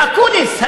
ואקוניס,